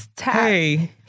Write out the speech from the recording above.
Hey